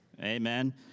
amen